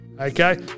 Okay